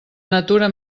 natura